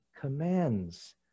commands